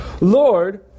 Lord